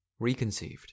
Reconceived